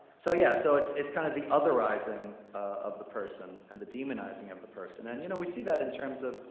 so yeah, so it's it's kind of the other-izing of the person, and the demonizing of the person. and you know we see that in terms of